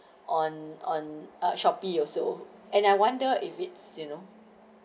on on uh shopee also and I wonder if it's you know